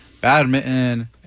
badminton